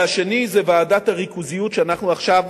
השני זה ועדת הריכוזיות שאנחנו עכשיו